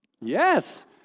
Yes